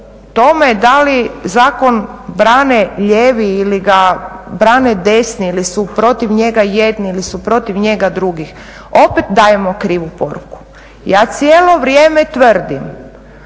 da li zakon brane lijevi ili ga brane desni ili su protiv njega jedni ili su protiv njega drugi opet dajemo krivu poruku. Ja cijelo vrijeme tvrdim